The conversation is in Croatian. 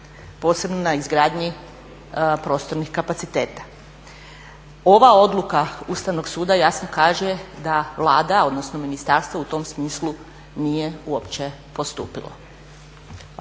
posebno na izgradnji prostornih kapaciteta. Ova odluka Ustavnog suda jasno kaže da Vlada, odnosno ministarstvo u tom smislu nije uopće postupilo.